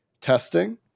testing